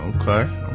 okay